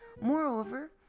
Moreover